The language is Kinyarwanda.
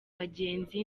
bagenzi